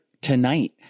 tonight